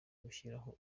gushyiraho